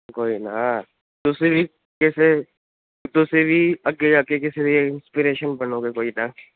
ਕੋਈ ਨਾ ਤੁਸੀਂ ਵੀ ਕਿਸੇ ਤੁਸੀਂ ਵੀ ਅੱਗੇ ਜਾ ਕੇ ਕਿਸੇ ਦੀ ਇੰਸਪੀਰੇਸ਼ਨ ਬਣੋਂਗੇ ਕੋਈ ਨਾ